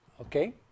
Okay